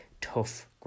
tough